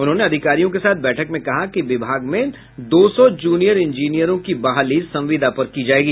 उन्होंने अधिकारियों के साथ बैठक में कहा कि विभाग में दो सौ जूनियर इंजीनियरों की बहाली संविदा पर होगी